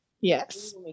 yes